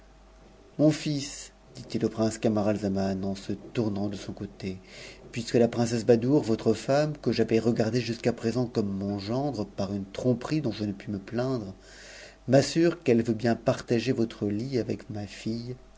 mon fils dit-il au prince camaralzaman en se tournant de son côté puisque la princesse badoure votre femme que j'avais regardée jusqu'à présent comme mon gendre par une tromperie dont je ne puis me plaindre m'assure qu'elle veut bien fanager votre lit avec ma fille